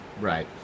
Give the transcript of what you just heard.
right